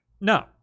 No